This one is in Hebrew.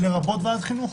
לרבות ועדת חינוך.